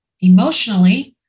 Emotionally